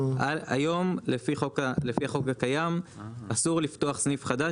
היום לפי חוק לפי החוק הקיים אסור לפתוח סניף חדש